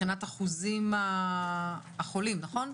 מבחינת אחוזים החולים, נכון?